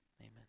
Amen